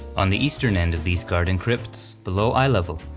on the eastern end of these garden crypts, below eye level,